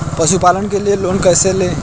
पशुपालन के लिए लोन कैसे लें?